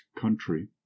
country